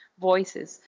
voices